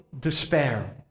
despair